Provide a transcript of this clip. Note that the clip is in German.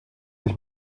ich